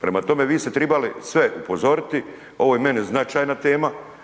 prema tome vi ste tribali sve upozoriti. Ovo je meni značajna tema